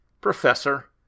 Professor